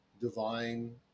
divine